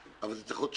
אבל זה צריך להיות שנתי,